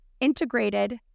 integrated